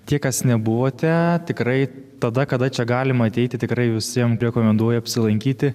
tie kas nebuvote tikrai tada kada čia galima ateiti tikrai visiem rekomenduoju apsilankyti